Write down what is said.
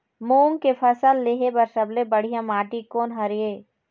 मूंग के फसल लेहे बर सबले बढ़िया माटी कोन हर ये?